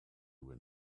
were